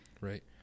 right